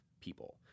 people